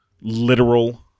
literal